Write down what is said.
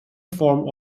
form